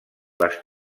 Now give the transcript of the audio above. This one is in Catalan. les